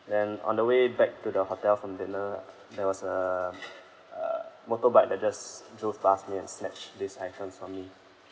then on the way back to the hotel from dinner there was a uh motorbike that just drove pass me and snatch these items from me